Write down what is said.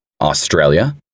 Australia